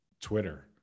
Twitter